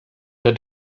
than